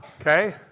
okay